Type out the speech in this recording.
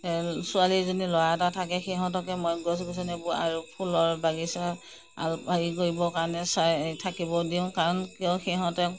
ছোৱালী এজনী ল'ৰা এটা থাকে সিহঁতকে মই গছ গছনিবোৰ আৰু ফুলৰ বাগিচা আল হেৰি কৰিবৰ কাৰণে চাই থাকিব দিওঁ কাৰণ কিয় সিহঁতে